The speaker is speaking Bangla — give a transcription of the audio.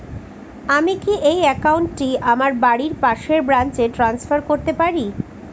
আমি কি এই একাউন্ট টি আমার বাড়ির পাশের ব্রাঞ্চে ট্রান্সফার করতে পারি?